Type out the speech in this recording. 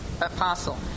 apostle